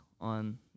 on